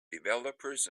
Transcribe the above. developers